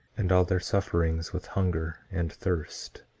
and all their sufferings with hunger and thirst,